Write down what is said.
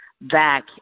back